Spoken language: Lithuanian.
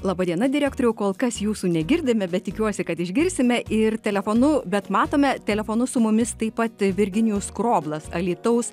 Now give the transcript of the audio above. laba diena direktoriau kol kas jūsų negirdime bet tikiuosi kad išgirsime ir telefonu bet matome telefonu su mumis taip pat virginijus skroblas alytaus